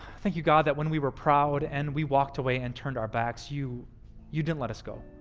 thank you, god, that when we were proud and we walked away and turned our backs, you you didn't let us go.